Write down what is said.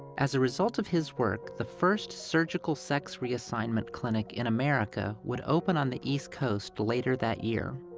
as a result of his work, the first surgical sex-reassignment clinic in america would open on the east coast later that year.